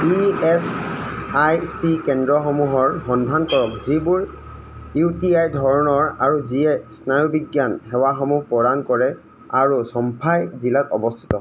E H I C কেন্দ্ৰসমূহৰ সন্ধান কৰক যিবোৰ ইউ টি আই ধৰণৰ আৰু যিয়ে স্নায়ুবিজ্ঞান সেৱাসমূহ প্ৰদান কৰে আৰু চম্ফাই জিলাত অৱস্থিত